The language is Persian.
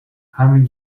همین